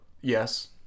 yes